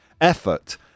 effort